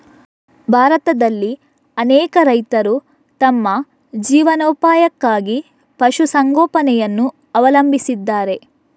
ಭಾರತದಲ್ಲಿ ಅನೇಕ ರೈತರು ತಮ್ಮ ಜೀವನೋಪಾಯಕ್ಕಾಗಿ ಪಶು ಸಂಗೋಪನೆಯನ್ನು ಅವಲಂಬಿಸಿದ್ದಾರೆ